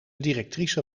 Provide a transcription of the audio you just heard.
directrice